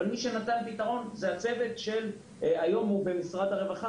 אבל מי שנתן פתרון זה הצוות שהיום הוא במשרד הרווחה,